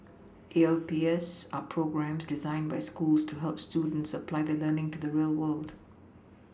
A L P S are programmes designed by schools to help students apply their learning to the real world